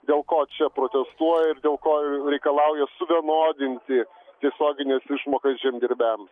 dėl ko čia protestuoja ir dėl ko reikalauja suvienodinti tiesiogines išmokas žemdirbiams